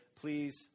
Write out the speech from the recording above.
please